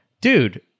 Dude